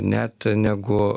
net negu